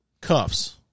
cuffs